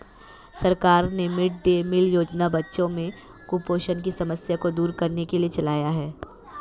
सरकार ने mid day meal योजना बच्चों में कुपोषण की समस्या को दूर करने के लिए चलाया है